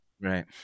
Right